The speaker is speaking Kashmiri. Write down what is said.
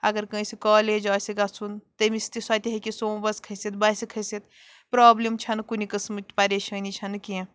اَگر کٲنٛسہِ کالیج آسہِ گژھُن تٔمِس تہِ سۄ تہِ ہیٚکہِ سوموٗوَس کھٔسِتھ بَسہِ کھٔسِتھ پرٛابلِم چھَنہٕ کُنہِ قٕسمٕچ پریٖشٲنی چھَنہٕ کیٚنٛہہ